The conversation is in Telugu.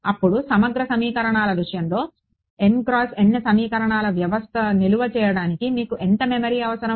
అప్పుడు సమగ్ర సమీకరణాల విషయంలో సమీకరణాల వ్యవస్థ నిల్వ చేయడానికి మీకు ఎంత మెమరీ అవసరం